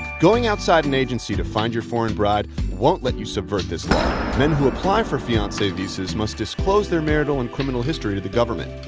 going outside an agency to find your foreign bride won't let you subvert this law men who apply for fiancee visas must disclose their marital and criminal history to the government.